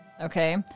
Okay